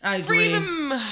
Freedom